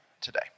today